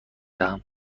دهم